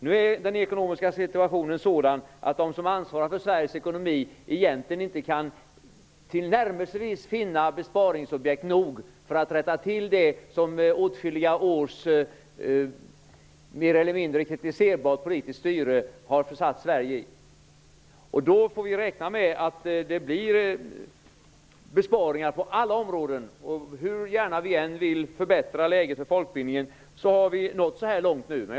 Nu är den ekonomiska situationen sådan, att de som ansvarar för Sveriges ekonomi inte tillnärmelsevis kan finna besparingsobjekt som är nog för att rätta till den situation som åtskilliga års mer eller mindre kritiserbart politiskt styre har försatt Sverige i. Vi får räkna med att det blir besparingar på alla områden. Hur gärna vi än vill förbättra läget för folkbildningen har vi nått så långt som till besparingar.